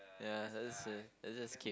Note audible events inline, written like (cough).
ya (noise) let's just skip